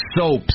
soaps